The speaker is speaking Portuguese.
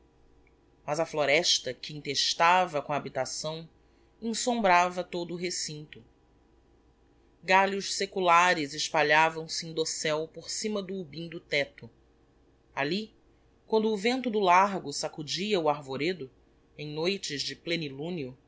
mas a floresta que entestava com a habitação ensombrava todo o recinto galhos seculares espalhavam-se em docel por cima do ubim do tecto ali quando o vento do largo sacudia o arvoredo em noites de